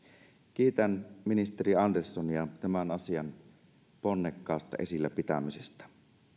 kiitän ministeri anderssonia tämän asian ponnekkaasta esillä pitämisestä